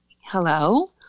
hello